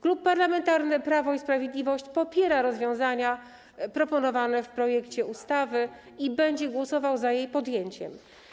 Klub Parlamentarny Prawo i Sprawiedliwość popiera rozwiązania proponowane w projekcie ustawy i będzie głosował za jej przyjęciem.